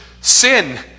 sin